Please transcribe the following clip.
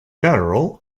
federal